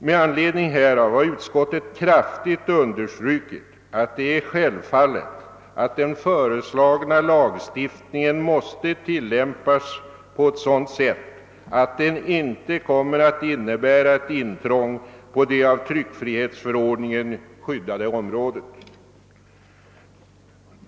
Med anledning härav har utskottet kraftigt understrukit, att det är självfallet, att den föreslagna lagstiftningen måste tillämpas på ett sådant sätt att den inte kommer att innebära ett intrång på det av tryckfrihetsförordningen skyddade området.